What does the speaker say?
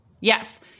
Yes